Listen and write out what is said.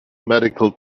medical